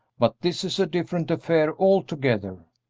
but this is a different affair altogether.